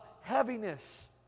heaviness